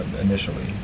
initially